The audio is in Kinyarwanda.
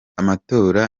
amatora